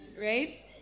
right